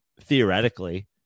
theoretically